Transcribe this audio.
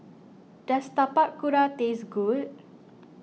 does Tapak Kuda taste good